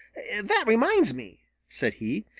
that reminds me, said he.